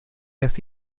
las